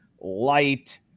light